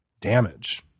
damage